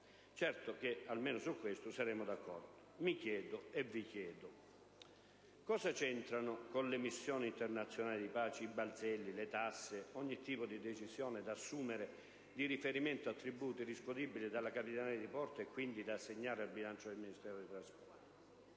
Certo che, almeno su questo, saremo d'accordo, ma mi chiedo e vi chiedo: cosa c'entrano con le missioni internazionali di pace i balzelli, le tasse, ogni tipo di decisione da assumere in riferimento a tributi riscuotibili dalla Capitaneria di porto e, quindi, da assegnare al bilancio del Ministero dei trasporti?